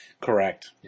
Correct